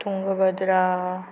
Tungabhadra